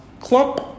clump